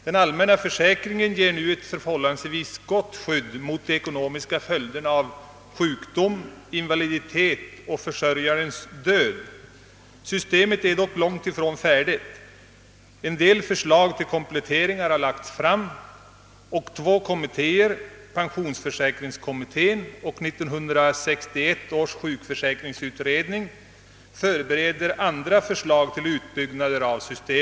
Den allmänna försäkringen ger nu ett förhållandevis gott skydd mot de ekonomiska följderna av sjukdom, invaliditet och försörjarens död. Systemet är dock långt ifrån färdigt. Förslag till kompletteringar har lagts fram, och två kom mittéer — pensionsförsäkringskommittén och 1961 års sjukförsäkringsutredning — förbereder andra förslag till utbyggnader.